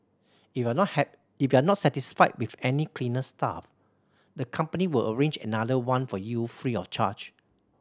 if you are not if you are not satisfied with any cleaner staff the company will arrange another one for you free of charge